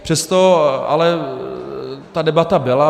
Přesto ale ta debata byla.